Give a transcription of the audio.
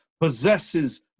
possesses